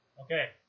Okay